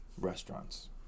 restaurants